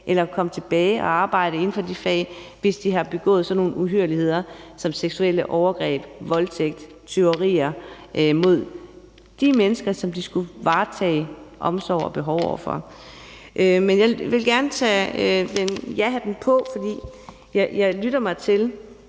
eller komme tilbage og arbejde inden for det fag, hvis de har begået sådan nogle uhyrligheder som seksuelle overgreb, voldtægt, tyverier mod de mennesker, som de skulle varetage omsorg og behov for. Men jeg vil gerne tage jahatten på, for jeg lytter mig til,